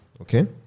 okay